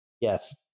Yes